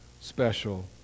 special